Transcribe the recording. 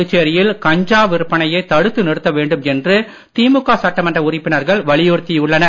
புதுச்சேரியில் கஞ்சா விற்பனையை தடுத்து நிறுத்த வேண்டும் என்று திமுக சட்டமன்ற உறுப்பினர்கள் வலியுறுத்தியுள்ளனர்